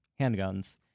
handguns